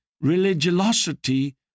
religiosity